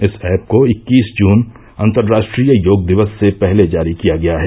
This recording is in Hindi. इस ऐप को इक्कीस जून अंतर राष्ट्रीय योग दिवस से पहले जारी किया गया है